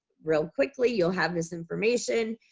real quickly, you'll have this information.